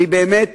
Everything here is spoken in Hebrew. אני באמת